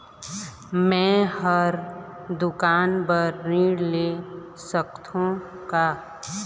मैं हर दुकान बर ऋण ले सकथों का?